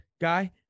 guy